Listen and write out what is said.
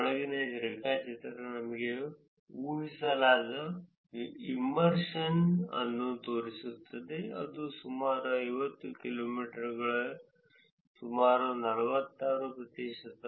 ಒಳಗಿನ ರೇಖಾಚಿತ್ರ ನಿಮಗೆ ಊಹಿಸಲಾದ ಇಮ್ಮರ್ಶನ್ ಅನ್ನು ತೋರಿಸುತ್ತದೆ ಇದು ಸುಮಾರು 50 ಕಿಲೋಮೀಟರ್ಗಳಲ್ಲಿ ನಾವು ಸುಮಾರು 46 ಪ್ರತಿಶತವನ್ನು ಪಡೆಯಲು ಸಾಧ್ಯವಾಯಿತು ಎಂದು ತೋರಿಸುತ್ತದೆ ಅಲ್ಲಿ ನೀವು ಇಲ್ಲಿ ನೋಡಿದರೆ 50 ಪ್ರತಿಶತ ಮತ್ತು ಇದು ಸುಮಾರು 46 ಪ್ರತಿಶತವಾಗಿದ್ದರೆ